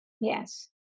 Yes